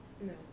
No